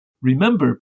remember